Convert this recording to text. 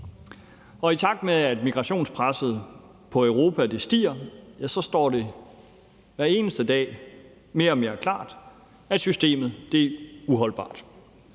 I takt med at migrationspresset på Europa stiger, står det hver eneste dag mere og mere klart, at systemet er uholdbart.